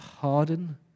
pardon